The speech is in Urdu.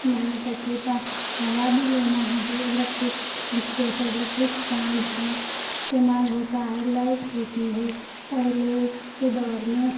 یہاں تک کہ پا ہوا بھی لینا ہے تو الیکٹرک جیسا الیکٹرک فین ہے استعمال ہوتا ہے لائٹ ہوتی ہے پہلے کے دور میں